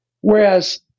Whereas